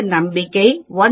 95 நம்பிக்கை 1